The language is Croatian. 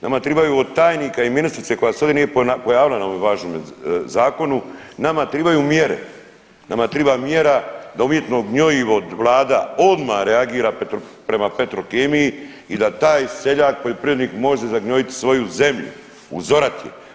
Nama tribaju od tajnika i ministrice koja se ovdje nije pojavila na ovome važnome zakonu, nama tribaju mjere, nama triba mjera da umjetno gnjojivo vlada odma reagira prema Petrokemiji i da taj seljak poljoprivrednik može zagnojit svoju zemlju uzorat je.